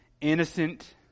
innocent